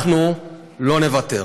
אנחנו לא נוותר.